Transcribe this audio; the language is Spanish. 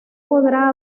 podrá